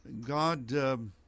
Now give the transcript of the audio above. God